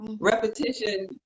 Repetition